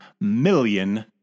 million